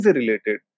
related